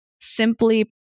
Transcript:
simply